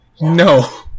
No